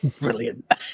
brilliant